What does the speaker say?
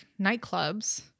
nightclubs